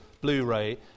Blu-ray